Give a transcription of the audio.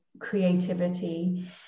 creativity